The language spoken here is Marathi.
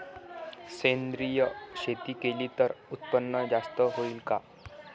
सेंद्रिय शेती केली त उत्पन्न जास्त होईन का?